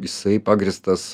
jisai pagrįstas